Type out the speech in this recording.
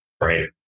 right